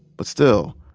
but still,